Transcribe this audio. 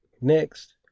Next